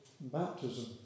baptism